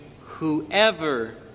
whoever